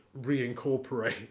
reincorporate